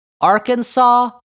Arkansas